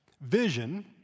Vision